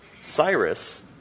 Cyrus